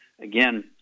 again